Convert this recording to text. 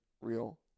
real